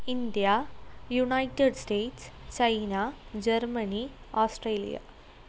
India United States China Germany Australia